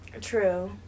True